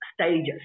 stages